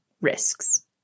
risks